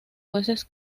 jueces